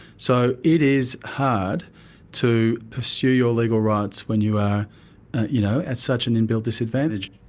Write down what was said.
so it is hard to pursue your legal rights when you are you know at such an inbuilt disadvantage.